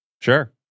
Sure